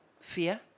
Fear